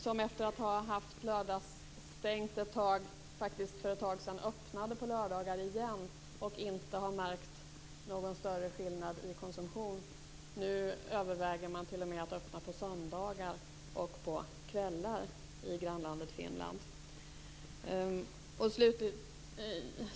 Där öppnade man faktiskt för ett tag sedan på lördagar igen efter att ha haft lördagsstängt en tid. Man har inte märkt någon större skillnad i konsumtion. Nu överväger man t.o.m. att öppna på söndagar och på kvällar i grannlandet Finland.